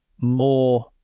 more